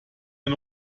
den